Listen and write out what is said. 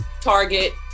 Target